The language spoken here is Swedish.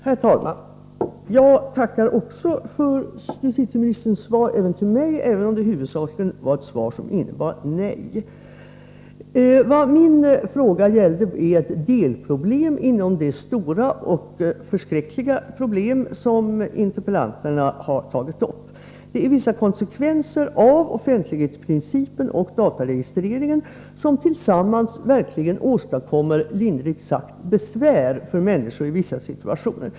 Herr talman! Jag tackar också justitieministern för svaret, även om det huvudsakligen var ett svar som innebar ett nej. Vad min fråga gällde är ett delproblem inom det stora och förskräckliga problemkomplex som interpellanterna har tagit upp. Vissa konsekvenser av offentlighetsprincipen och dataregistreringen åstadkommer verkligen tillsammans — milt uttryckt — besvär för människor i vissa situationer.